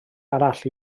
arall